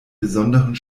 besonderen